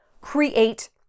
create